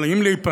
אבל אם להיפרד,